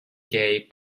gay